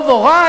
טוב או רע,